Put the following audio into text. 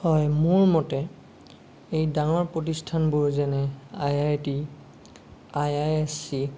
হয় মোৰ মতে এই ডাঙৰ প্ৰতিষ্ঠানবোৰ যেনে I I T I I S C